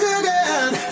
again